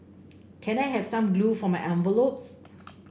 can I have some glue for my envelopes